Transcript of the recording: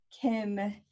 Kim